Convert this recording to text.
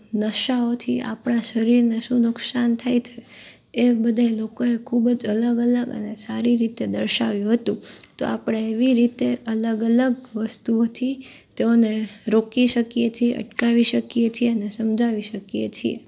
નશાઓથી આપણાં શરીરને શું નુકસાન થાય છે એ બધાય લોકોએ ખૂબ જ અલગ અલગ અને સારી રીતે દર્શાવ્યું હતું તો આપણે એવી રીતે અલગ અલગ વસ્તુઓથી તેઓને રોકી શકીએ છીએ અટકાવી શકીએ છીએ અને સમજાવી શકીએ છીએ